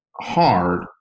hard